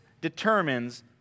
determines